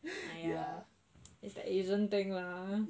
ya it's an asian thing lah I also feel